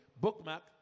bookmark